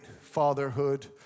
fatherhood